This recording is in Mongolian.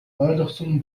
ойлгосон